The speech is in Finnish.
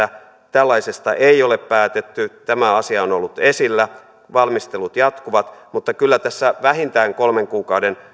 tällaisesta ei ole päätetty tämä asia on ollut esillä valmistelut jatkuvat mutta kyllä tässä vähintään kolmen kuukauden